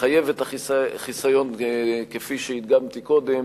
שמחייב את החיסיון, כפי שהדגמתי קודם,